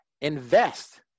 invest